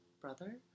brother